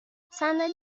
صندلی